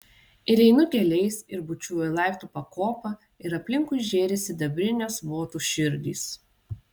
ir einu keliais ir bučiuoju laiptų pakopą ir aplinkui žėri sidabrinės votų širdys